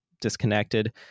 disconnected